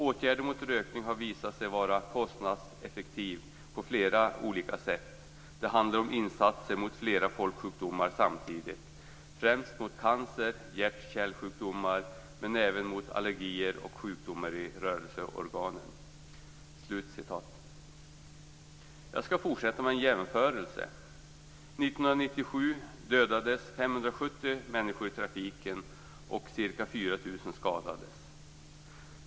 Åtgärder mot rökning har visat sig vara kostnadseffektiva på flera olika sätt. Det handlar om insatser mot flera folksjukdomar samtidigt, främst mot cancer och hjärtkärlsjukdomar men även mot t.ex. allergier och sjukdomar i rörelseorganen." Jag skall fortsätta med en jämförelse. År 1997 dödades 570 människor i trafiken och ca 4 000 skadades.